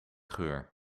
geur